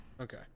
Okay